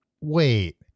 wait